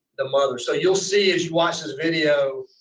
the mother so you'll see is watch the video.